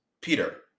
Peter